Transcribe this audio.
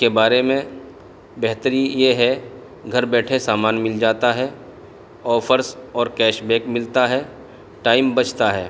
کے بارے میں بہتری یہ ہے گھر بیٹھے سامان مل جاتا ہے آفرس اور کیش بیک ملتا ہے ٹائم بچتا ہے